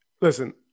listen